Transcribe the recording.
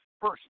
first